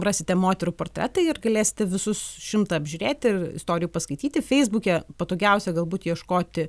rasite moterų portretai ir galėsite visus šimtą apžiūrėti ir istorijų paskaityti feisbuke patogiausia galbūt ieškoti